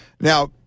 Now